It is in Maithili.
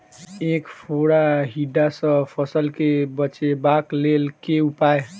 ऐंख फोड़ा टिड्डा सँ फसल केँ बचेबाक लेल केँ उपाय?